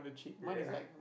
ya